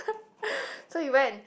so we went